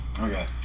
okay